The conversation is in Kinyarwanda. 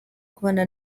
kubana